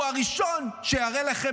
הבייס שלכם הוא הראשון שיראה לכם,